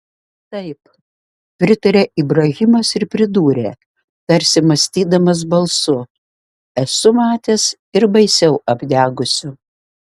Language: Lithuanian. taip pritarė ibrahimas ir pridūrė tarsi mąstydamas balsu esu matęs ir baisiau apdegusių